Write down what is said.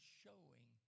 showing